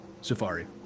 Safari